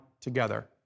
together